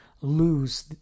lose